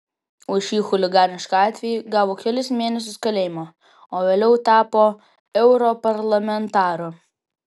už šį chuliganišką atvejį gavo kelis mėnesius kalėjimo o vėliau tapo europarlamentaru